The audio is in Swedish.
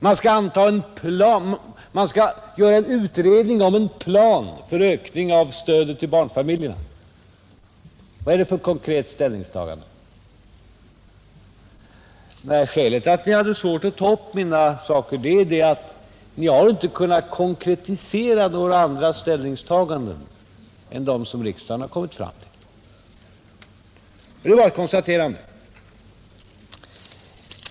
Man skall göra en utredning om en plan för ökning av stödet till barnfamiljerna, Vad är det för konkret ställningstagande? Nej, skälet till att ni hade svårt att ta upp de saker jag talade om är att ni inte har kunnat konkretisera några andra ställningstaganden än de som riksdagen har kommit fram till. Det är bara ett konstaterande.